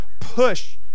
push